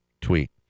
tweet